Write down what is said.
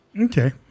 Okay